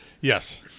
Yes